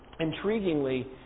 Intriguingly